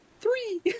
Three